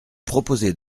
proposez